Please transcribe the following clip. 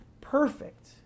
perfect